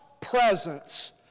presence